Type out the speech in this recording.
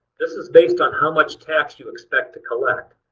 this is based on how much tax you expect to collect.